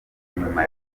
nyuma